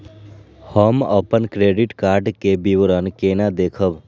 हम अपन credit card के विवरण केना देखब?